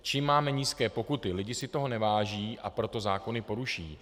Čím máme nižší pokuty, lidé si toho neváží, a proto zákony poruší.